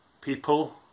people